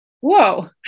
Whoa